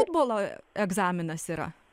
futbolo egzaminas yra